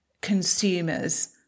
consumers